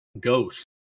Ghost